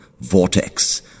vortex